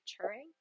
maturing